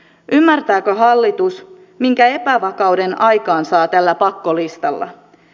ymmärtääkö hallitus minkä epävakauden aikaansaa tällä pakkolistalla